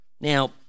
Now